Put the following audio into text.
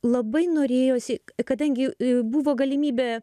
labai norėjosi kadangi buvo galimybė